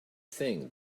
thing